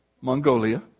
Mongolia